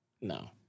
No